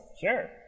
Sure